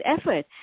effort